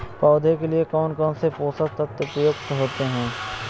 पौधे के लिए कौन कौन से पोषक तत्व उपयुक्त होते हैं?